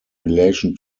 relation